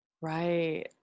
Right